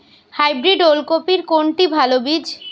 Hybrid ওল কপির কোনটি ভালো বীজ?